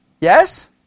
Yes